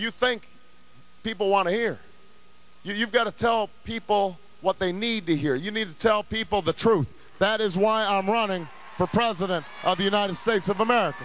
you think people want to hear you've got to tell people what they need to hear you need to tell people the truth that is why i'm running for president of the united states of america